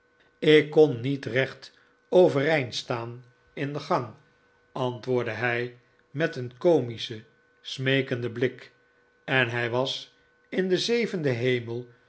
ik kon niet recht overeind staan in de gang antwoordde hij met een komischen smeekenden blik en hij was in den zevenden hemel